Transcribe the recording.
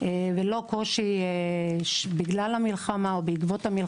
ולא קושי בגלל המלחמה או בעקבותיה.